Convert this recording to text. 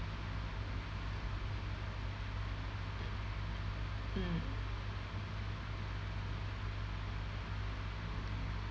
mm